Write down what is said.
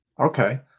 Okay